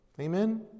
Amen